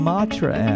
Matra